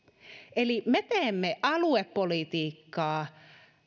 eli me teemme aluepolitiikkaa